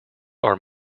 are